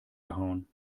gehauen